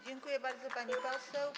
Dziękuję bardzo, pani poseł.